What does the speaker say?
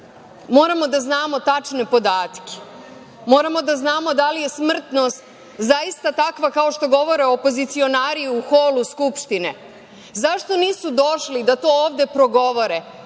moramo da znamo tačne podatke, moramo da znamo da li je smrtnost zaista takva kao što govore opozicionari u holu Skupštine. Zašto nisu došli da to ovde progovore?